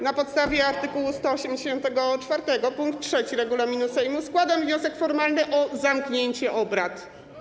Na podstawie art. 184 pkt 3 regulaminu Sejmu składam wniosek formalny o zamknięcie obrad.